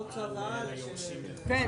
אבל לא חייבים שזה יבוצע, זה עד,